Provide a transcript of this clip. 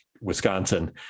Wisconsin